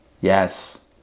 Yes